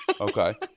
Okay